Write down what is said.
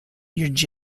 unless